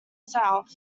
south